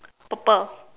purple